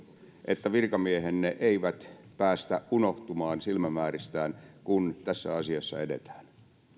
että virkamiehenne eivät päästä tätä unohtumaan silmämääristään kun tässä asiassa edetään